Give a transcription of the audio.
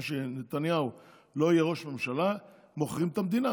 שנתניהו לא יהיה ראש ממשלה מוכרים את המדינה,